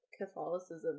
Catholicism